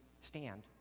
stand